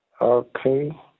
Okay